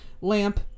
lamp